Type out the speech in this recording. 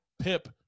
Pip